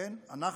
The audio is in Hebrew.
אנחנו,